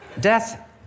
Death